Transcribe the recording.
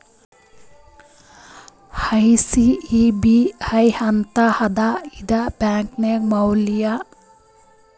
SEBI ಅಂತ್ ಅದಾ ಇದೇ ಬ್ಯಾಂಕ್ ಮ್ಯಾಲ ರೂಲ್ಸ್ ಮಾಡ್ತುದ್